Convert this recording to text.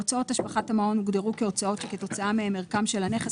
הוצאות השבחת המעון הוגדרו כהוצאות שכתוצאה מהן ערכם של הנכס,